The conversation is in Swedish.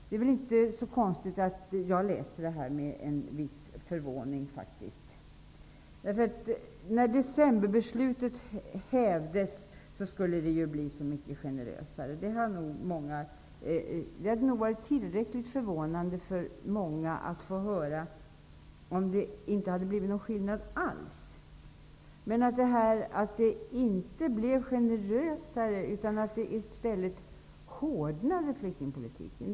Det är inte så konstigt att jag läser detta med en viss förvåning. När decemberbeslutet hävdes skulle det ju bli så mycket generösare. Det hade varit tillräckligt förvånande för många att få höra att det inte hade blivit någon skillnad alls. Men det blev inte generösare, utan i stället hårdnade flyktingpolitiken.